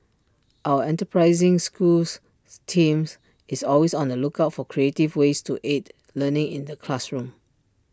our enterprising schools teams is always on the lookout for creative ways to aid learning in the classroom